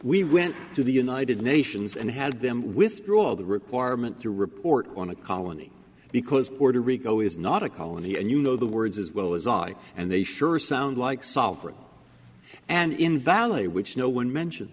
we went to the united nations and had them withdraw the requirement to report on a colony because puerto rico is not a colony and you know the words as well as i and they sure sound like solvent and in value which no one mention